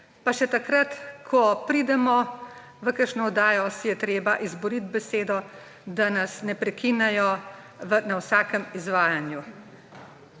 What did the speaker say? Pa še takrat, ko pridemo v kakšno oddajo, si je treba izboriti besedo, da nas ne prekinejo na vsakem izvajanju.